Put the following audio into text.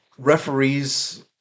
Referees